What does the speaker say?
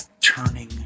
turning